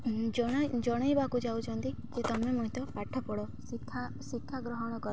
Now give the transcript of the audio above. ଜଣ ଜଣେଇବାକୁ ଯାଉଛନ୍ତି ଯେ ତୁମେ ମଧ୍ୟ ପାଠ ପଢ଼ ଶିକ୍ଷା ଶିକ୍ଷା ଗ୍ରହଣ କର